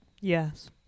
yes